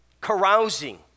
carousing